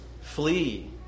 flee